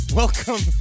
welcome